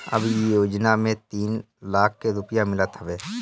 अब इ योजना में तीन लाख के रुपिया मिलत हवे